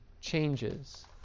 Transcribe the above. changes